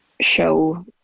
show